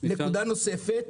נקודה נוספת,